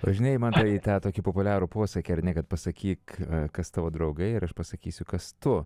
o žinai eimantai tą tokį populiarų posakį ar ne kad pasakyk kas tavo draugai ir aš pasakysiu kas tu